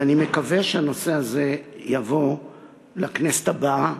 אני מקווה שהנושא הזה יבוא לכנסת הבאה